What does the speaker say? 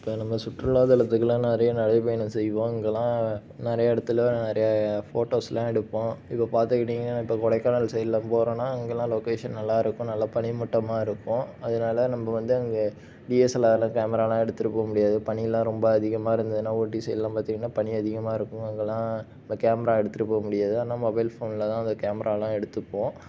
இப்போ நம்ம சுற்றுலாதளத்துக்கு எல்லாம் நிறைய நடை பயணம் செய்வோம் அங்கேலாம் நிறைய இடத்துல நிறைய ஃபோட்டோஸ் எல்லாம் எடுப்போம் இப்போ பார்த்துக்கிட்டிங்கனா நான் இப்போ கொடைக்கானல் சைட்டில் போறனா அங்கேலாம் லொகேஷன் நல்லா இருக்கும் நல்ல பனிமூட்டமாக இருக்கும் அதனால நம்ப வந்து அங்கே ஆனால் கேமரா எல்லாம் எடுத்துகிட்டு போ முடியாது பனிலாம் ரொம்ப அதிகமாக இருந்துதுன்னா ஊட்டி சைட் எல்லாம் பார்த்திங்கனா பனி அதிகமாக இருக்கும் அங்கேலாம் கேமரா எடுத்துகிட்டு போ முடியாது ஆனால் மொபைல் ஃபோனில் தான் அதை கேமராலாம் எடுத்துப்போம்